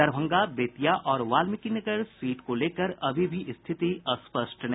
दरभंगा बेतिया और वाल्मिकीनगर सीट को लेकर अभी भी स्थिति स्पष्ट नहीं